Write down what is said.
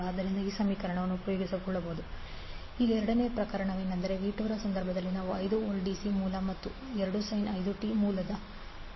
ಆದ್ದರಿಂದ v111451V ಈಗ ಎರಡನೆಯ ಪ್ರಕರಣವೆಂದರೆ v2 ರ ಸಂದರ್ಭದಲ್ಲಿ ನಾವು 5 ವೋಲ್ಟ್ ಡಿಸಿ ಮೂಲ ಮತ್ತು 2 5t ಪ್ರಸ್ತುತ ಮೂಲ 0